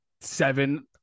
seven